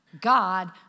God